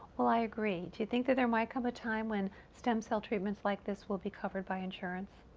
well i agree. do you think that there might come a time when stem cell treatments like this will be covered by insurance?